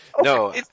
no